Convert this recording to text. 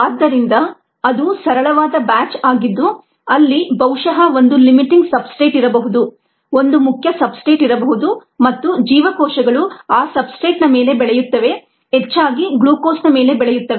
ಆದ್ದರಿಂದ ಅದು ಸರಳವಾದ ಬ್ಯಾಚ್ ಆಗಿದ್ದು ಅಲ್ಲಿ ಬಹುಶಃ ಒಂದು ಲಿಮಿಟಿಂಗ್ ಸಬ್ಸ್ಟ್ರೇಟ್ ಇರಬಹುದು ಒಂದು ಮುಖ್ಯ ಸಬ್ಸ್ಟ್ರೇಟ್ ಇರಬಹುದು ಮತ್ತು ಜೀವಕೋಶಗಳು ಆ ಸಬ್ಸ್ಟ್ರೇಟ್ನ ಮೇಲೆ ಬೆಳೆಯುತ್ತವೆ ಹೆಚ್ಚಾಗಿ ಗ್ಲೂಕೋಸ್ ನ ಮೇಲೆ ಬೆಳೆಯುತ್ತವೆ